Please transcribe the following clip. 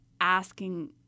asking